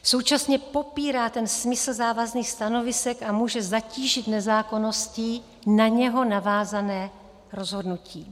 Současně popírá ten smysl závazných stanovisek a může zatížit nezákonností na něj navázané rozhodnutí.